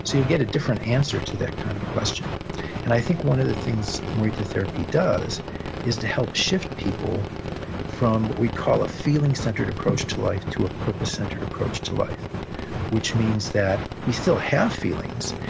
so you'll get a different answer to that kind of question and i think one of the things morita therapy does is to help shift people from what we call a feeling-centered approach to life, to a purpose-centered approach to life which means that we still have feelings,